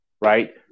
right